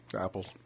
Apples